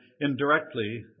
indirectly